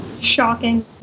Shocking